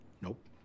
Nope